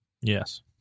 Yes